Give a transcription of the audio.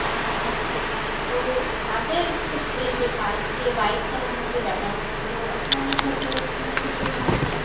tension থাকে তো তাদের ক্ষেত্রে যে বাইকে বাইক চালানোর যে ব্যাপারটা তো আপনার হয়তো কোনো কিছুর জন্য আপনার